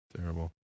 Terrible